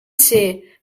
ser